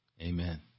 Amen